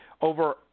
Over